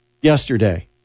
yesterday